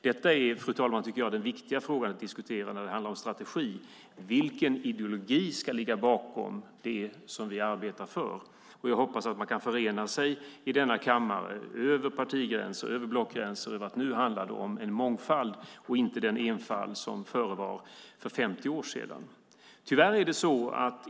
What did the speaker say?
Detta är den viktiga frågan att diskutera när det gäller strategi: Vilken ideologi ska ligga bakom det som vi arbetar för? Jag hoppas att man i denna kammare kan enas över partigränser och blockgränser om att det handlar om mångfald och inte om den enfald som förevar för 50 år sedan.